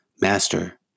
Master